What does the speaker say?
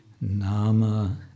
nama